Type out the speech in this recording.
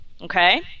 Okay